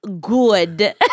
good